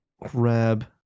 grab